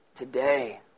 Today